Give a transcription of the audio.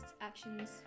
actions